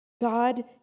God